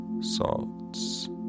salts